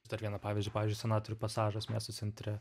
dar vieną pavyzdį pavyzdžiui senatorių pasažas miesto centre